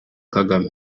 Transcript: kagame